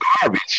garbage